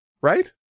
Right